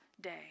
day